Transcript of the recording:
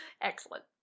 Excellent